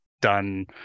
done